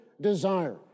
desire